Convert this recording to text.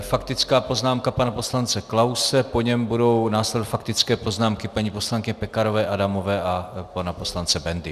Faktická poznámka pana poslance Klause, po něm budou následovat faktické poznámky paní poslankyně Pekarové Adamové a pana poslance Bendy.